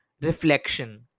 reflection